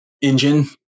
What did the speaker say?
engine